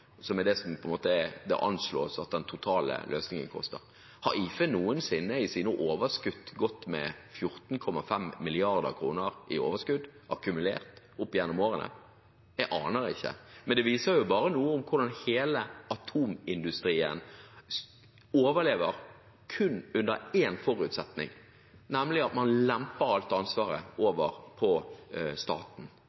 anslås at den totale løsningen koster. Har IFE noensinne gått med 14,5 mrd. kr i overskudd – akkumulert – opp gjennom årene? Jeg aner ikke, men det viser jo bare noe om hvordan hele atomindustrien overlever kun under én forutsetning, nemlig at man lemper alt ansvaret